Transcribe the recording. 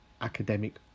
academic